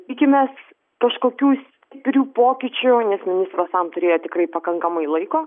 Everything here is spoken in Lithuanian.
tikimės kažkokių stiprių pokyčių nes ministras tam turėjo tikrai pakankamai laiko